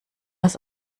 aus